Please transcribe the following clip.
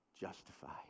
justified